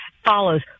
follows